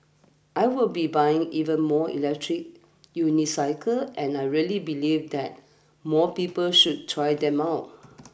I will be buying even more electric unicycles and I really believe that more people should try them out